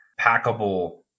packable